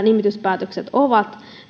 nimityspäätökset ovat